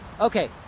okay